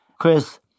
Chris